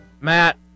Matt